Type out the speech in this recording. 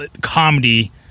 comedy